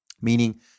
Meaning